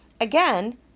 Again